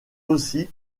aussi